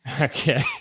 Okay